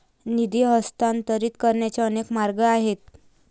निधी हस्तांतरित करण्याचे अनेक मार्ग आहेत